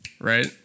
Right